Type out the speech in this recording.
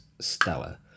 stellar